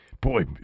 Boy